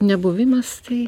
nebuvimas tai